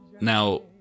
now